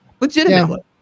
Legitimately